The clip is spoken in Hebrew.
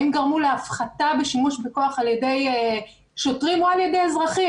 האם הן גרמו להפחתה בשימוש בכוח על ידי שוטרים או על ידי אזרחים,